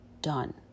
done